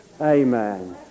amen